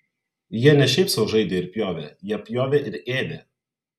jie ne šiaip sau žaidė ir pjovė jie pjovė ir ėdė